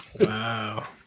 Wow